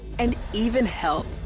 and even health.